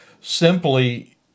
simply